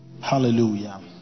hallelujah